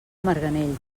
marganell